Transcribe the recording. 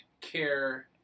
care